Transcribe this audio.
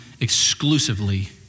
exclusively